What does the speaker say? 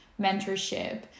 mentorship